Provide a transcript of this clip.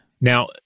Now